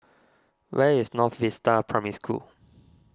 where is North Vista Primary School